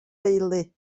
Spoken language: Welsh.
deulu